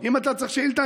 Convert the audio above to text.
אם אתה צריך שאילתה,